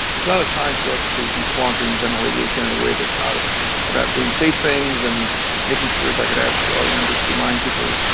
it's not a time for us to be flaunting general aviation in a way that's not um about doing safe things, and making sure if i could ask. i'll remember to remind people,